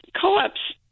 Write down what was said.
co-ops